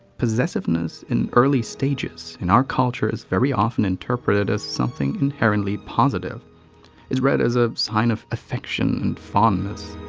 possessiveness, in early stages, in our culture, is very often interpreted as something inherently positive it's read as a sign of affection and fondness.